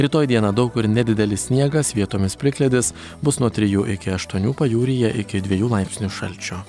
rytoj dieną daug kur nedidelis sniegas vietomis plikledis bus nuo trijų iki aštuonių pajūryje iki dviejų laipsnių šalčio